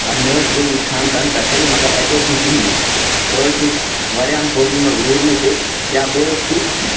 آ مےٚ حظ گوٚو وُچھان تَنہٕ پٮ۪ٹھٕے مگر اَتہِ حظ چھِنہٕ کِہیٖنٛۍ بہٕ حظ چھُس واریاہَن ہوٹل منٛز روٗدمُت تہِ یا بہٕ حظ چھُس